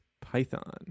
Python